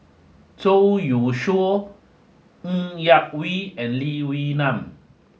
Zhou Youshuo Ng Yak Whee and Lee Wee Nam